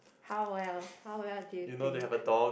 how well how well do you think